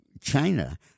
China